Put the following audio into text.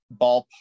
ballpark